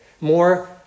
more